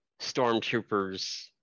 stormtroopers